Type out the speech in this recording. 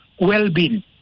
well-being